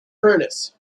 furnace